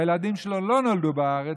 והילדים שלו לא נולדו בארץ,